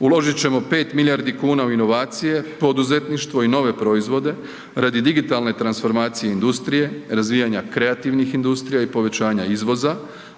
Uložit ćemo 5 milijardi kuna u inovacije, poduzetništvo i nove proizvode radi digitalne transformacije industrije, razvijanja kreativnih industrija i povećanja izvoza,